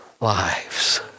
lives